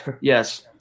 Yes